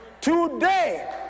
today